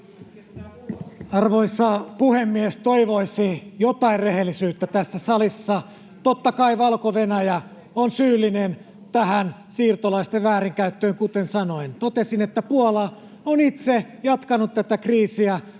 Arvoisa puhemies! Toivoisi jotain rehellisyyttä tässä salissa. Totta kai Valko-Venäjä on syyllinen tähän siirtolaisten väärinkäyttöön, kuten sanoin. Totesin, että Puola on itse jatkanut tätä kriisiä